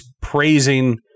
praising